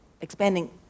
expanding